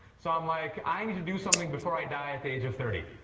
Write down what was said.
so i'm like i need to do something before i die at the age of thirty.